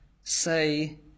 say